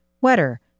wetter